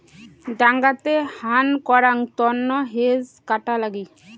ডাঙাতে হান করাং তন্ন হেজ কাটা লাগি